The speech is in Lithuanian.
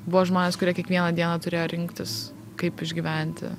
buvo žmonės kurie kiekvieną dieną turėjo rinktis kaip išgyventi